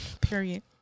period